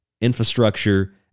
infrastructure